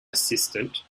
assistant